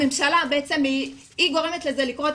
הממשלה בעצם היא גורמת לזה לקרות,